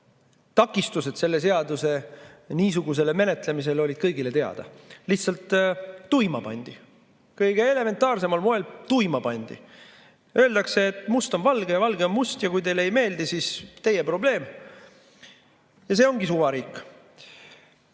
takistused selle seaduse niisugusele menetlemisele olid kõigile teada, lihtsalt tuima pandi – kõige elementaarsemal moel tuima pandi. Öeldakse, et must on valge ja valge must ja kui teile ei meeldi, siis see on teie probleem. Ja see ongi suvariik.